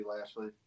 Lashley